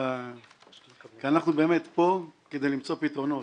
אנחנו פה כדי למצוא פתרונות